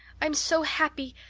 i'm so happy.